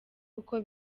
uko